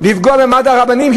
לפגוע במעמד הרבנים,